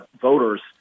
voters